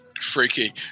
freaky